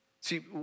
See